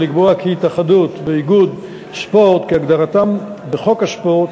ולקבוע כי התאחדות ואיגוד ספורט כהגדרתם בחוק הספורט,